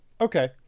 Okay